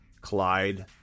Clyde